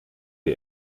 die